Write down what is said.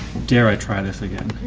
dare i try this again?